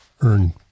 earn